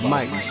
Mike